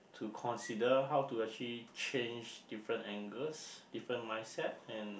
to consider how to actually change different angles different mindset and